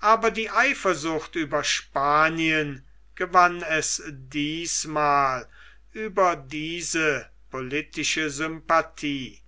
aber die eifersucht über spanien gewann es diesmal über diese politische sympathie